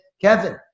Kevin